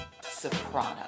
Soprano